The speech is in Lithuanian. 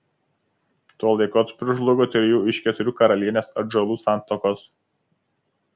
tuo laikotarpiu žlugo trijų iš keturių karalienės atžalų santuokos